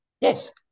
Yes